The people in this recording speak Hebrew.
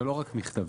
זה לא רק מכתבים,